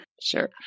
Sure